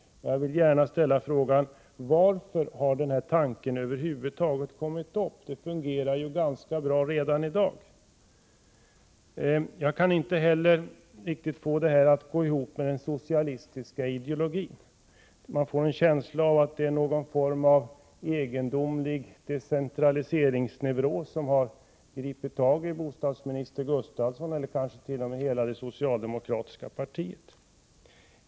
Jag vill gärna ställa frågan: Varför har den här tanken över huvud taget kommit upp? Det hela fungerar ju ganska bra redan i dag. Jag kan inte heller riktigt få det här att gå ihop med den socialistiska ideologin. Man får en känsla av att det är någon form av egendomlig decentraliseringsneuros som har gripit tag i bostadsminister Gustafsson eller kanske t.o.m. hela det socialdemokratiska partiet.